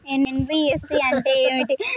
NBFC అంటే ఏమిటి?